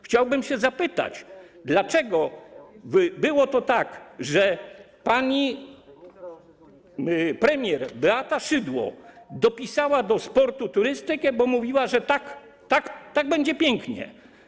Chciałbym się zapytać: Dlaczego było tak, że pani premier Beata Szydło dopisała do sportu turystykę, bo mówiła, że tak będzie pięknie.